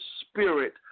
spirit